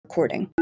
Recording